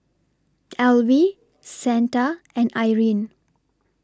Elvie Santa and Irene